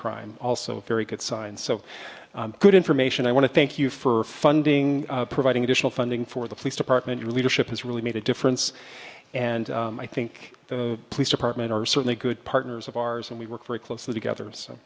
crime also a very good sign so good information i want to thank you for funding providing additional funding for the police department your leadership has really made a difference and i think the police department are certainly good partners of ours and we work very closely together